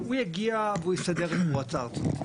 והוא יגיע והוא יסדר את המועצה הארצית.